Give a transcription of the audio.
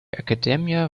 academia